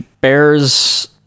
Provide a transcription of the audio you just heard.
bears